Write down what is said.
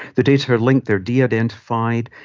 the data are linked, they are de-identified,